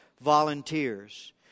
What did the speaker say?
volunteers